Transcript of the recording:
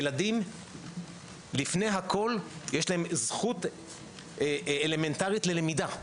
ילדים לפני הכול יש להם זכות אלמנטרית ללמידה,